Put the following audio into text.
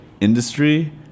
industry